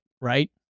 right